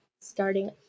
starting